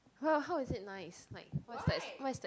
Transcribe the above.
how how is it nice like what's that what's that